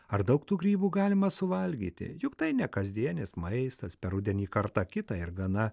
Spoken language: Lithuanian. ar daug tų grybų galima suvalgyti juk tai ne kasdienis maistas per rudenį kartą kitą ir gana